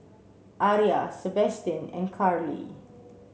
Aria Sebastian and Carli